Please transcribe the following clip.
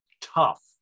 tough